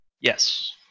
Yes